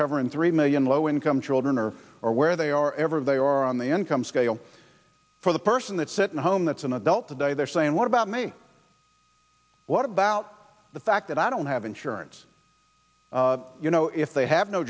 covering three million low income children are or where they are every day or on the income scale for the person that's sitting home that's an adult today they're saying what about me what about the fact that i don't have insurance you know if they have no